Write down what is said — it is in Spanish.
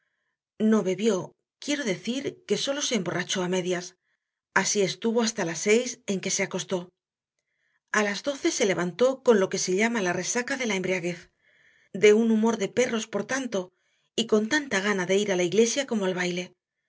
no bebió quiero decir que sólo se emborrachó a medias así estuvo hasta las seis en que se acostó a las doce se levantó con lo que se llama la resaca de la embriaguez de un humor de perros por tanto y con tanta gana de ir a la iglesia como al baile